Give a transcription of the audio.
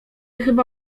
chyba